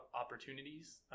opportunities